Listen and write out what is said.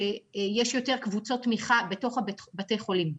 שיש יותר קבוצות תמיכה בתוך בתי החולים.